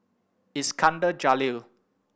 Iskandar Jalil